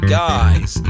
guys